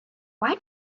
why